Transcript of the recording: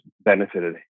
benefited